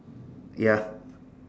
ya